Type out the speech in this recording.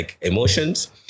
emotions